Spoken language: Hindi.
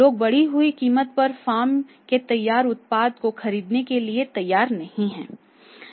लोग बढ़ी हुई कीमत पर फर्म के तैयार उत्पाद को खरीदने के लिए तैयार नहीं हैं